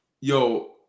Yo